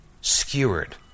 skewered